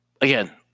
Again